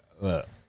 look